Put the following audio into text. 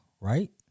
right